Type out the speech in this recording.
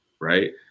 Right